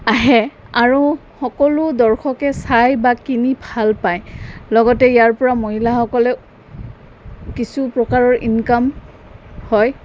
আহে আৰু সকলো দৰ্শকে চাই বা কিনি ভাল পায় লগতে ইয়াৰপৰা মহিলাসকলেও কিছু প্ৰকাৰৰ ইনকাম হয়